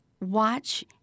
watch